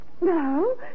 no